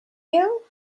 you